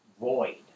void